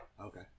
Okay